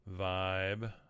vibe